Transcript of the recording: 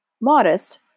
modest